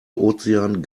ozean